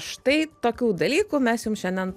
štai tokių dalykų mes jums šiandien